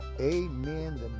amen